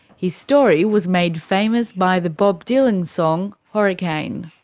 his story was made famous by the bob dylan song, hurricane.